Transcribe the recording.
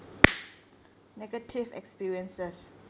negative experiences